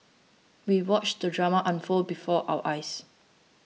we watched the drama unfold before our eyes